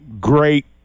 great